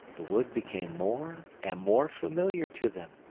the wood became more and more familiar to them,